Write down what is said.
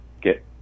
get